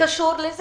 זה קשור.